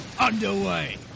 underway